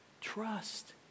Trust